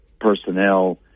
personnel